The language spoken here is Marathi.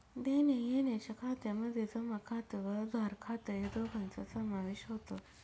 देण्याघेण्याच्या खात्यामध्ये जमा खात व उधार खात या दोघांचा समावेश होतो